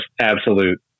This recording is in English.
absolute